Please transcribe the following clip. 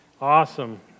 Awesome